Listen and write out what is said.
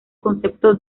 concepto